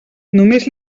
només